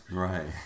Right